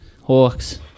Hawks